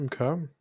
Okay